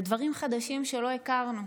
זה דברים חדשים שלא הכרנו.